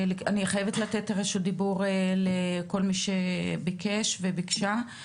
אבל אני חייבת לתת רשות דיבור לכל מי שביקש וביקשה.